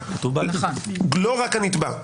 ולא רק הנתבע,